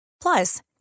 Plus